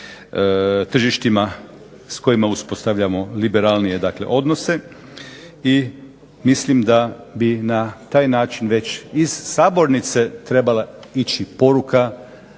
tržištima s kojima uspostavljamo liberalnije odnose. I mislim da bi na taj način već iz sabornice trebala ići poruka